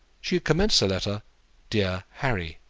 she had commenced her letter dear harry,